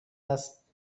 است